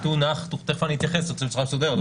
תכף אני אתייחס בצורה מסודרת.